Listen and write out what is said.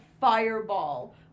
fireball